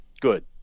good